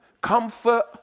comfort